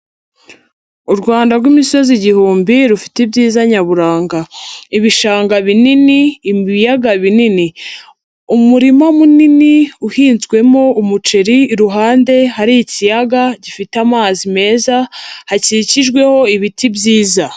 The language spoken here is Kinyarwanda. U Rwanda rw'imisozi igihumbi rufite ibyiza nyaburanga ibishanga binini, ibiyaga binini. Umurima munini uhinzwemo umuceri iruhande hari ikiyaga gifite amazi meza hakikijweho ibiti byiza.